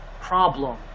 problem